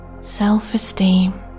self-esteem